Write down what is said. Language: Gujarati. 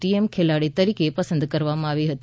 ટીમમાં ખેલાડી તરીકે પસંદ કરવામાં આવી હતી